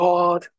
God